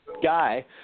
guy